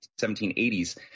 1780s